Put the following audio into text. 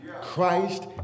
Christ